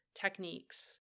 techniques